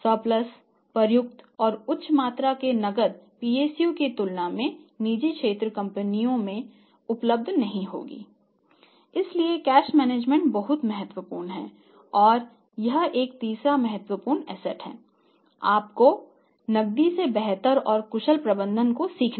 surplus अप्रयुक्त या उच्च मात्रा में नकदी पीएसयू की तुलना में निजी क्षेत्र की कंपनियों में उपलब्ध नहीं होगी